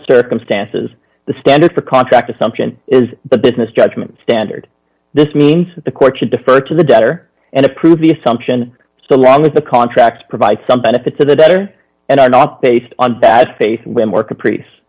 circumstances the standard for contract assumption is the business judgment standard this means the court should defer to the debtor and approve the assumption so long as the contracts provide some benefit to the debtor and are not based on bad faith when working priest